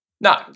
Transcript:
No